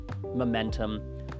momentum